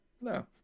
No